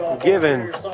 given